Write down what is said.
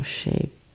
shape